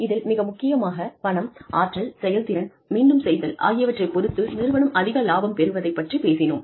இதில் மிக முக்கியமாக பணம் ஆற்றல் செயல்திறன் மீண்டும் செய்தல் ஆகியவற்றைப் பொறுத்து நிறுவனம் அதிக லாபம் பெறுவதை பற்றிப் பேசினோம்